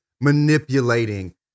manipulating